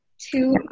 Two